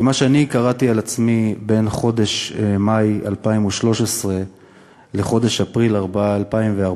כי מה שאני קראתי על עצמי בין חודש מאי 2013 לחודש אפריל 2014,